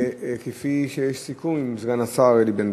יש סיכום עם סגן השר אלי בן-דהן.